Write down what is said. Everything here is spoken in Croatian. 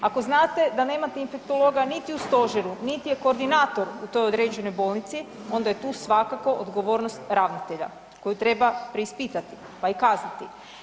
Ako znate da nemate infektologa niti u Stožeru, niti je koordinator u toj određenoj bolnici onda je tu svakako odgovornost ravnatelja koju treba preispitati, pa i kazati.